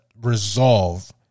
resolve